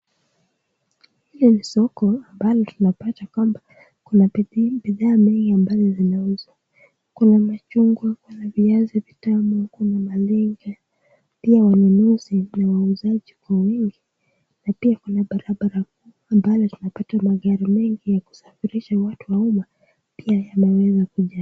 Hii ni soko ambalo tunapata kwamba kuna bidhaa mingi ambazo zinauzwa. Kuna machungwa, kuna viazi vitamu, kuna malenge. Pia kuna wanunuzi na wauzaji kwa wingi na pia kuna barabara kuu ambayo tunapata magari mengi ya kusafirisha watu wa umma pia yanaweza kuja.